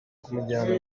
kumujyana